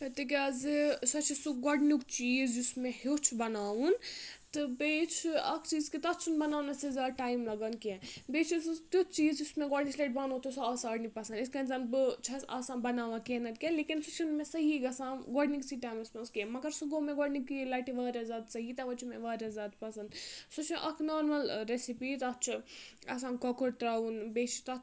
تِکیازِ سۄ چھِ سُہ گۄڈنیُک چیٖز یُس مےٚ ہیوٚچھ بَناوُن تہٕ بیٚیہِ چھُ اکھ چیٖز کہِ تَتھ چھُنہٕ بَناونَس زیادٕ ٹایم لگان کینٛہہ بیٚیہِ چھُ سُہ تیُتھ چیٖز یُس مےٚ گۄڈنِچ لَٹہِ بَنو تہٕ سُہ آو سارنی پَسند یِتھۍ کٔنۍ زَن بہٕ چھَس آسان بَناوان کینٛہہ نہ تہٕ کینٛہہ لیکِن سُہ چھُنہٕ مےٚ صحیح گژھان گۄڈنِکسٕے ٹایمَس منٛز کینٛہہ مَگَر سُہ گوٚو مےٚ گۄڈنِکی لَٹہِ واریاہ زیادٕ صحیح تَوَے چھُ مےٚ واریاہ زیادٕ پَسنٛد سُہ چھُ اَکھ نارمَل ریسِپی تَتھ چھُ آسان کۄکُر ترٛاوُن بیٚیہِ چھُ تَتھ